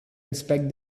inspect